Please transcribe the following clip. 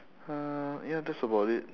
uh ya that's about it